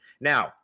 Now